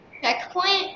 checkpoint